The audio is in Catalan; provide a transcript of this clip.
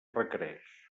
requereix